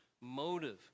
motive